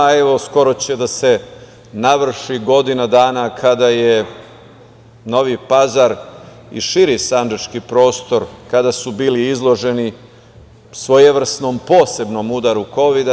Evo, skoro će da se navrši godina dana kada su Novi Pazar i širi sandžački prostor bili izloženi svojevrsnom posebnom udaru kovida.